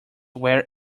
where